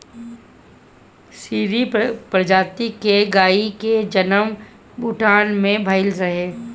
सीरी प्रजाति के गाई के जनम भूटान में भइल रहे